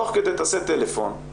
תוך כדי תעשה טלפון,